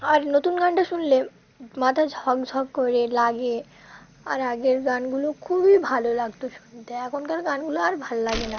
আর নতুন গানটা শুনলে মাথা ঝকঝক করে লাগে আর আগের গানগুলো খুবই ভালো লাগত শুনতে এখনকার গানগুলো আর ভালো লাগে না